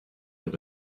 les